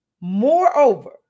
Moreover